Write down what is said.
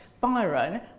Byron